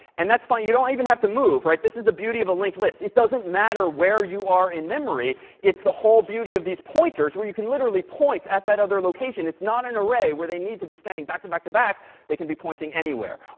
and that's fine. you don't even have to move. right? this is the beauty of a linked list. it doesn't matter where you are in memory, it's the whole beauty of these pointers, where you can literally point at that other location. it's not an array where they need to be standing back to back to back. they can be pointing anywhere. all